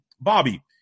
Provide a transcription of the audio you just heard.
Bobby